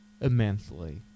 immensely